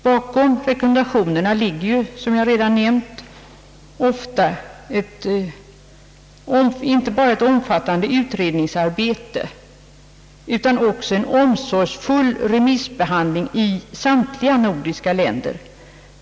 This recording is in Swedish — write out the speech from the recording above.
Bakom rekommendationerna ligger ju ofta som jag nämnt inte bara ett omfattande utredningsarbete utan också en omsorgsfull remissbehandling i samtliga nordiska länder.